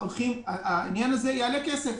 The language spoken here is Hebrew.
העניין הזה יעלה כסף.